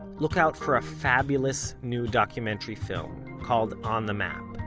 look out for a fabulous new documentary film called on the map.